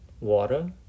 water